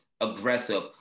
aggressive